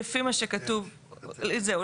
איך